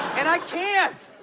and i can't.